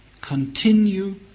continue